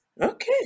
okay